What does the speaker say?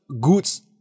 goods